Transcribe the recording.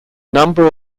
number